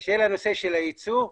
באשר לנושא של היצוא,